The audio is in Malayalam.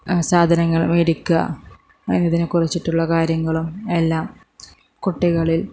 സാധനങ്ങൾ മേടിക്കുക ഇതിനെക്കുറിച്ചിട്ടുള്ള കാര്യങ്ങളും എല്ലാം കുട്ടികളിൽ